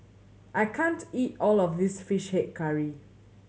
I can't eat all of this Fish Head Curry